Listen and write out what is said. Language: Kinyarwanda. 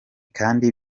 kandi